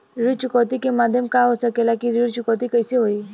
ऋण चुकौती के माध्यम का हो सकेला कि ऋण चुकौती कईसे होई?